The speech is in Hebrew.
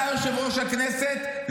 אתה יושב-ראש הכנסת,